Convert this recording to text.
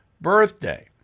birthday